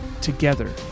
together